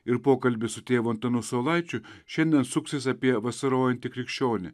ir pokalbis su tėvu antanu saulaičiu šiandien suksis apie vasarojantį krikščionį